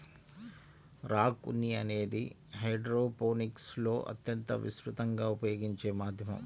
rock ఉన్ని అనేది హైడ్రోపోనిక్స్లో అత్యంత విస్తృతంగా ఉపయోగించే మాధ్యమం